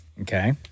Okay